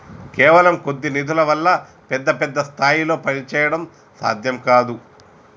కేవలం కొద్ది నిధుల వల్ల పెద్ద పెద్ద స్థాయిల్లో పనిచేయడం సాధ్యం కాదు